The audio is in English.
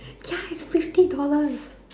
ya it's fifty dollars